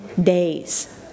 days